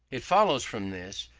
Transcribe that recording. it follows from this,